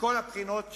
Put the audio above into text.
מכל הבחינות שפירטתי.